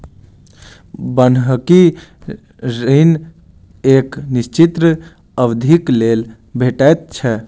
बन्हकी ऋण एक निश्चित अवधिक लेल भेटैत छै